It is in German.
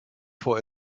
vor